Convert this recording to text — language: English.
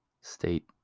state